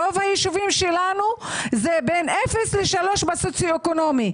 רוב היישובים שלנו זה בין אפס ל-3 בסוציואקונומי.